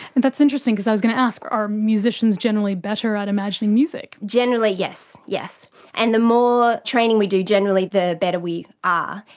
and that's interesting because i was going to ask are musicians generally better at imagining music? generally yes. and the more training we do, generally the better we are,